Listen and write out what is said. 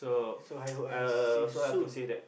so I hope I see you soon